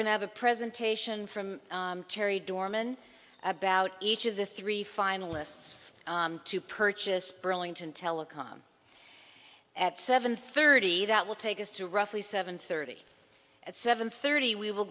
going to have a presentation from terry dorman about each of the three finalists to purchase burlington telecom at seven thirty that will take us to roughly seven thirty at seven thirty we will